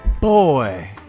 boy